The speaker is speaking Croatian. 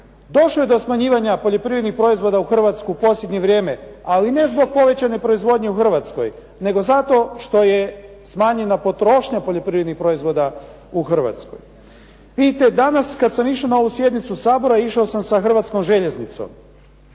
Došlo je do smanjivanja poljoprivrednih proizvoda u Hrvatsku u posljednje vrijeme ali ne zbog povećane proizvodnje u Hrvatskoj nego zato što je smanjena potrošnja poljoprivrednih proizvoda u Hrvatskoj. Vidite, danas kad sam išao na ovu sjednicu Sabora išao sam sa hrvatskom željeznicom